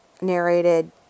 narrated